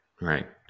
right